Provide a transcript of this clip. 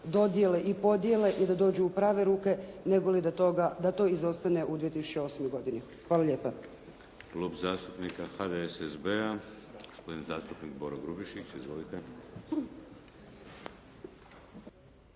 dodijele i podijele i da dođu u prave ruke, nego da to izostane u 2008. godini. Hvala lijepa.